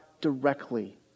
directly